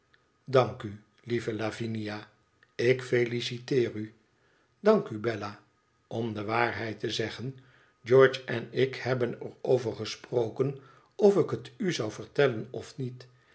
dank u lieve lavinia ik feliciteer u dank u bella om de waarheid te zeggen george en ik hebben er over gesproken of ik het u zou vertellen of niet